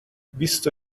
بیست